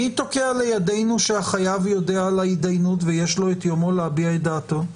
מי תוקע לידינו שהחייב יודע על ההתדיינות ויש לו את יומו להביא את דעתו?